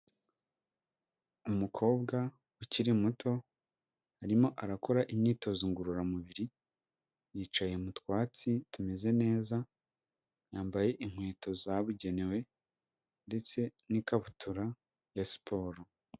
Umukobwa ukiri muto arimo arakora imyitozo ngororamubiri, yicaye mu twatsi tumeze neza yambaye inkweto zabugenewe ndetse n'ikabutura ya siporo.